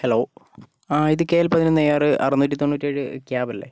hello ആ ഇത് K L പതിനൊന്ന് എ ആറ് അറുന്നൂറ്റി തൊണ്ണൂറ്റേഴ് ക്യാബല്ലേ